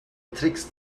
tricks